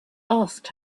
asked